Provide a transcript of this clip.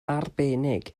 arbennig